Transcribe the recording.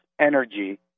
energy